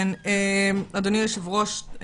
אדוני היושב-ראש,